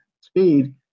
speed